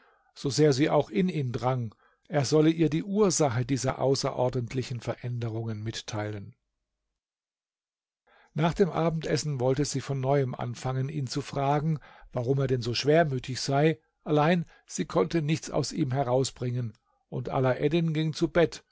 so sehr sie auch in ihn drang er solle ihr die ursache dieser außerordentlichen veränderungen mitteilen nach dem abendessen wollte sie von neuem anfangen ihn zu fragen warum er denn so schwermütig sei allein sie konnte nichts aus ihm herausbringen und alaeddin ging zu bett